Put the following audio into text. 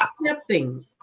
accepting